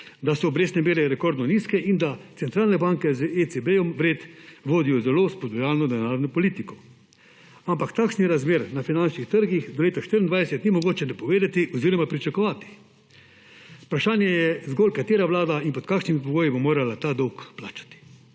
da so obrestne mere rekordno nizke in da centralne banke z ECB vred vodijo zelo spodbudno denarno politiko, ampak takšnih razmer na finančnih trgih do leta 2024 ni mogoče napovedati oziroma pričakovati. Vprašanje je zgolj, katera vlada in pod kakšnimi pogoji bo morala ta dolg plačati.